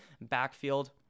backfield